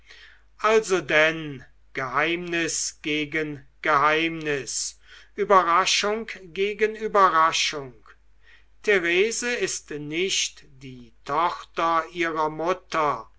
also denn geheimnis gegen geheimnis überraschung gegen überraschung therese ist nicht die tochter ihrer mutter